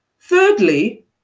Thirdly